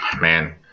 man